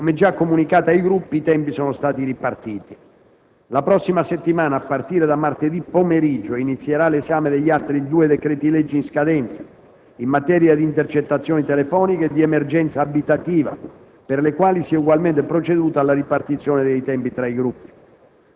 Come già comunicato ai Gruppi, i tempi sono stati ripartiti. La prossima settimana, a partire da martedì pomeriggio, inizierà l'esame degli altri due decreti-legge in scadenza, in materia di intercettazioni telefoniche e di emergenza abitativa, per i quali si è ugualmente proceduto alla ripartizione dei tempi tra i Gruppi.